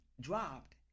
dropped